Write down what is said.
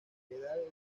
pedal